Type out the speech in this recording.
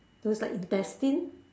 those like intestine